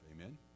Amen